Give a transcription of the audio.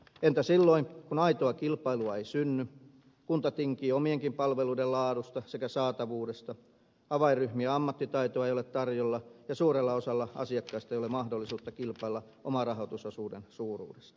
entä silloin kun aitoa kilpailua ei synny kunta tinkii omienkin palveluiden laadusta sekä saatavuudesta avainryhmien ammattitaitoa ei ole tarjolla ja suurella osalla asiakkaista ei ole mahdollisuutta kilpailla omarahoitusosuuden suuruudesta